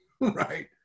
right